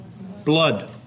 Blood